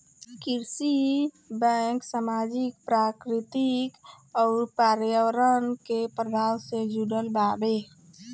कृषि बैंक सामाजिक, प्राकृतिक अउर पर्यावरण के प्रभाव से जुड़ल बावे